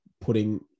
putting